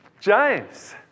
James